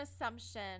assumption